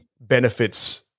benefits